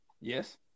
Yes